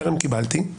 טרם קיבלתי.